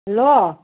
hello